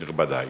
נכבדי,